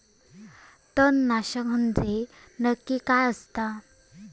तणनाशक म्हंजे नक्की काय असता?